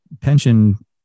pension